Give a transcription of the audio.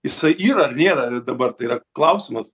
jisai yra ar nėra dabar tai yra klausimas